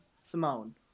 Simone